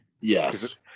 Yes